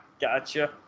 Gotcha